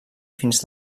fins